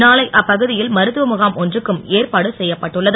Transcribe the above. நாளை அப்பகுதியில் மருத்துவ முகாம் ஒன்றுக்கும் ஏற்பாடு செய்யப்பட்டுள்ளது